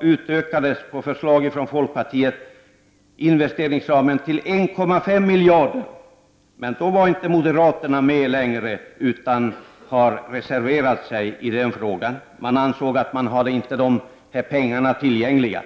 utökades till 1,5 miljarder på förslag från folkpartiet. Men då var inte moderaterna med längre, utan de reserverade sig i den frågan. Man ansåg att man inte hade de pengarna tillgängliga.